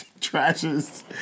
trashes